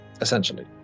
essentially